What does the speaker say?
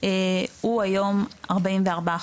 הוא היום 44%,